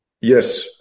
yes